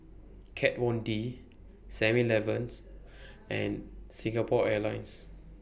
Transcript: Kat Von D Seven Eleven and Singapore Airlines